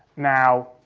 now,